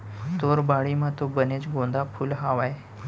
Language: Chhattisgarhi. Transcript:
तोर बाड़ी म तो बनेच गोंदा फूल हावय